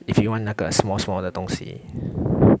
if you want 那个 small small 的东西